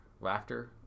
laughter